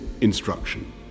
instruction